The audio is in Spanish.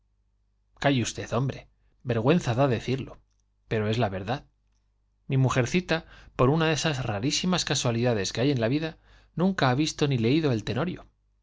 calle usted hombre vergüenza da decirlo pero es la verdad mi mujercita por una de esas rarísimas casualidades que hay en la vida nunca ha visto ni leído el tenorio